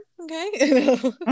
Okay